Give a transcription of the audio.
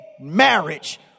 marriage